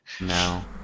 No